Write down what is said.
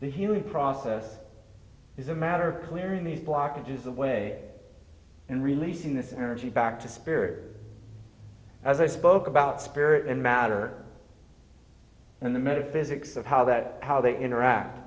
this healing process is a matter of clearing these blockages away and releasing this energy back to spirit as i spoke about spirit and matter in the metaphysics of how that how they interact